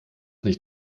nicht